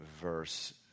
verse